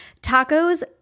Tacos